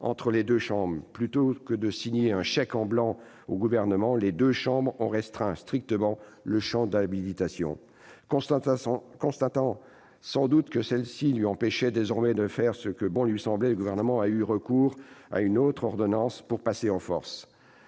entre les deux chambres : plutôt que de signer un chèque en blanc au Gouvernement, les deux chambres ont restreint strictement le champ de l'habilitation. Constatant sans doute que cette habilitation l'empêchait désormais de faire ce que bon lui semblait, le Gouvernement a eu recours à une autre ordonnance pour passer en force